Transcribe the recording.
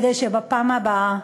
כדי שבפעם הבאה,